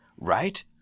Right